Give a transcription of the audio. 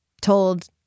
told